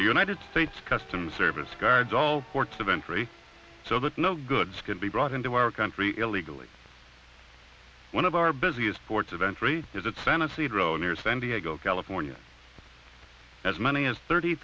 the united states customs service guards all ports of entry so that no goods can be brought into our country illegally one of our busiest ports of entry is its fantasy road near san diego california as many as thirty